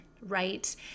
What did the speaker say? right